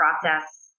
process